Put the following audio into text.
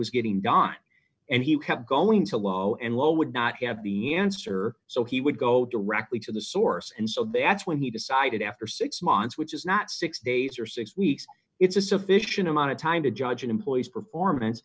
was getting gone and he kept going to low and low would not have the answer so he would go directly to the source and so that's when he decided after six months which is not six days or six weeks it's a sufficient amount of time to judge an employee's performance